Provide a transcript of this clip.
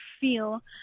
feel